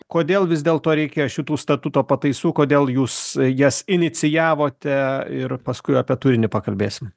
kodėl vis dėlto reikėjo šitų statuto pataisų kodėl jūs jas inicijavote ir paskui apie turinį pakalbėsim